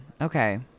Okay